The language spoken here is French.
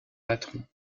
patron